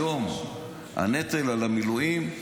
היום הנטל על המילואים,